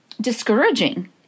discouraging